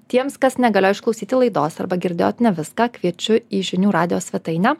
tiems kas negalėjo išklausyti laidos arba girdėjot ne viską kviečiu į žinių radijo svetainę